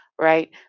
right